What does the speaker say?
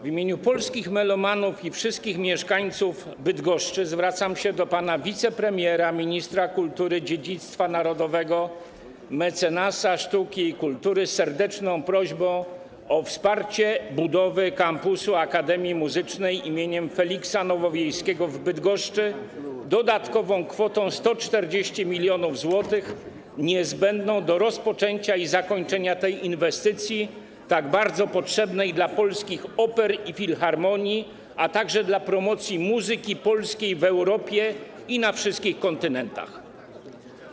W imieniu polskich melomanów i wszystkich mieszkańców Bydgoszczy zwracam się do pana wicepremiera, ministra kultury i dziedzictwa narodowego, mecenasa sztuki i kultury z serdeczną prośbą o wsparcie budowy kampusu Akademii Muzycznej im. Feliksa Nowowiejskiego w Bydgoszczy dodatkową kwotą 140 mln zł, niezbędną do rozpoczęcia i zakończenia tej inwestycji, tak bardzo potrzebnej, jeżeli chodzi o polskie opery i filharmonie, a także w odniesieniu do promocji polskiej muzyki w Europie i na wszystkich kontynentach.